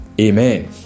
Amen